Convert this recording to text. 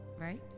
right